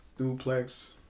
Duplex